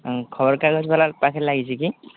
ହଁ ଖବରକାଗଜ ବାଲା ପାଖରେ ଲାଗିଛି କି